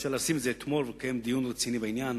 אפשר היה לשים את זה אתמול ולקיים דיון רציני בעניין.